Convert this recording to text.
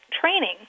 training